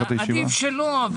לסדר.